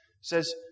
says